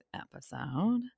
episode